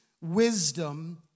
wisdom